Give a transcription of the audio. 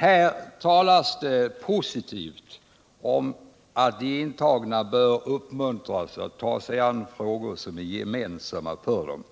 Här talas det positivt om att de intagna bör uppmuntras att ta sig an frågor som är gemensamma för dem.